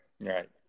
Right